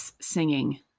singing